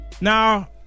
Now